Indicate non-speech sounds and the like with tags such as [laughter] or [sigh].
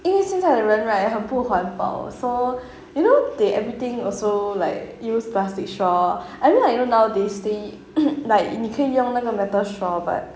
因为现在的人 right 很不环保 so you know they everything also like use plastic straw I mean like you know now they still [coughs] like 你可以用那个 metal straw but